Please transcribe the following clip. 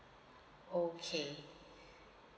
okay